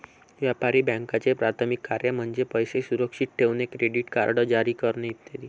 व्यापारी बँकांचे प्राथमिक कार्य म्हणजे पैसे सुरक्षित ठेवणे, क्रेडिट कार्ड जारी करणे इ